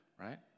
right